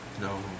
No